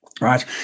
right